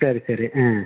சரி சரி ஆ